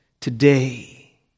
today